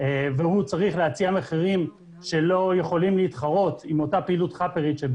והוא צריך להציע מחירים שלא יכולים להתחרות עם אותה פעילות חאפרית בה